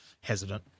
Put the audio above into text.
hesitant